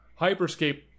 Hyperscape